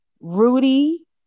Rudy